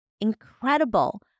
incredible